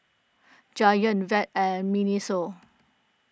Giant Veet and Miniso